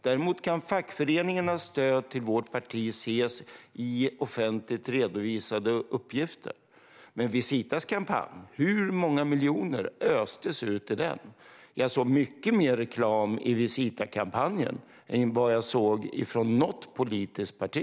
Däremot kan fackföreningarnas stöd till vårt parti ses i offentligt redovisade uppgifter. Men hur många miljoner östes ut ur Visitas kampanj? Jag såg mycket mer reklam i Visitakampanjen än vad jag såg från något politiskt parti.